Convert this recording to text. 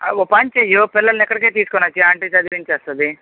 ఆ ఓ పని చెయ్యి పిల్లల్ని ఇక్కడికే తీస్కునొచ్చేయ్ ఆంటీ చదివించేస్తుంది